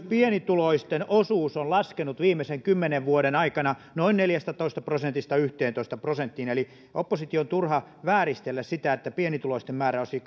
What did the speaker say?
pienituloisten osuus on myös laskenut viimeisen kymmenen vuoden aikana noin neljästätoista prosentista yhteentoista prosenttiin eli opposition on turha vääristellä että pienituloisten määrä olisi